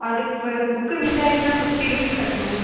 அதுக்கு பு புக்கு மிஸ் ஆகிடுச்சுனா பிஃப்ஃடி ருப்பீஸ் கட்ணும்